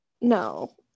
No